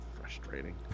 frustrating